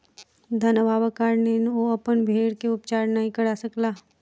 धन अभावक कारणेँ ओ अपन भेड़ के उपचार नै करा सकला